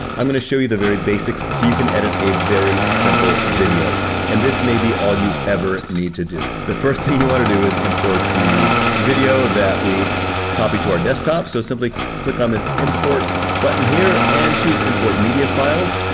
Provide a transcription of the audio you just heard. i'm gonna show you the very basics so you can edit a very simple video and this may be all you ever need to do. the first thing you wanna do is import the video that we copied to our desktop. so simply click on this import button here and choose import media files,